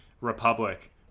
republic